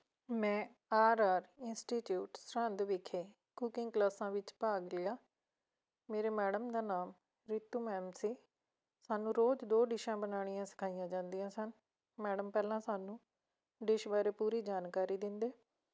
ਮੈਂ R R institute Sirhind ਵਿਖੇ cooking ਕਲਾਸਾਂ ਵਿੱਚ ਭਾਗ ਲਿਆ ਮੇਰੇ ਮੈਡਮ ਦਾ ਨਾਮ ਰੀਤੂ ਮੈਮ ਸੀ ਸਾਨੂੰ ਰੋਜ਼ ਦੋ ਡਿਸ਼ਾਂ ਬਣਾਉਣੀਆਂ ਸਿਖਾਈਆਂ ਜਾਂਦੀਆਂ ਸਨ ਮੈਡਮ ਪਹਿਲਾਂ ਸਾਨੂੰ ਡਿਸ਼ ਬਾਰੇ ਪੂਰੀ ਜਾਣਕਾਰੀ ਦਿੰਦੇ